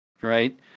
right